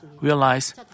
realize